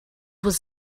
was